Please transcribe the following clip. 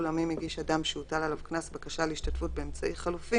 אולם אם הגיש אדם שהוטל עליו קנס בקשה להשתתפות באמצעי חלופי,